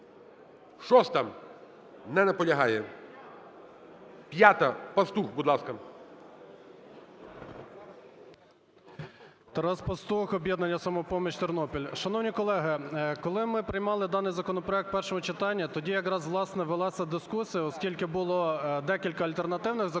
6-а. Не наполягає. 5-а, Пастух. Будь ласка. 10:23:20 ПАСТУХ Т.Т. Тарас Пастух, "Об'єднання "Самопоміч", Тернопіль. Шановні колеги, коли ми приймали даний законопроект в першому читанні, тоді якраз, власне, велася дискусія, оскільки було декілька альтернативних законопроектів